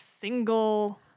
single